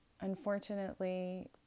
unfortunately